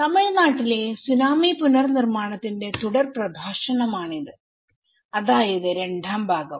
തമിഴ്നാട്ടിലെ സുനാമി പുനർനിർമ്മാണത്തിന്റെ തുടർ പ്രഭാഷണമാണിത് അതായത് രണ്ടാം ഭാഗം